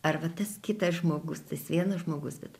arba tas kitas žmogus tas vienas žmogus bet